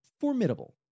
formidable